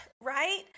right